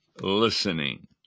listening